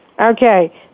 Okay